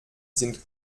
sind